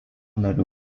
narių